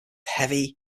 heavy